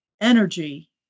energy